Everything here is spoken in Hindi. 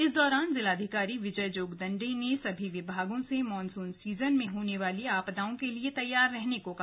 इस दौरान जिलाधिकारी विजय जोगदंडे ने सभी विभागों से मानसून सीजन में होने वाली आपदाओं के लिए तैयार रहने को कहा